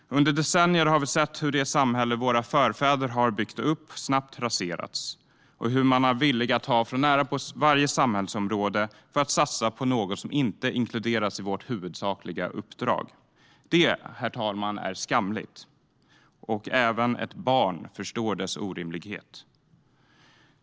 Under decennier har vi sett hur det samhälle som våra förfäder har byggt upp snabbt raserats och hur man är villig att på närapå varje samhällsområde satsa på något som inte inkluderas i vårt huvudsakliga uppdrag. Det, herr talman, är skamligt. Även ett barn förstår dess orimlighet.